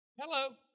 Hello